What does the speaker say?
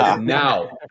Now